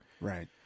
Right